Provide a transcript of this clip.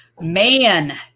Man